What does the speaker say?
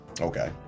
Okay